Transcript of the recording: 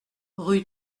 rue